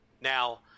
Now